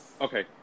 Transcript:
Okay